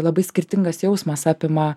labai skirtingas jausmas apima